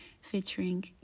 featuring